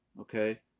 okay